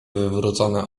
wywrócone